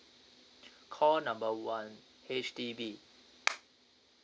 call number one H_D_B